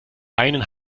einen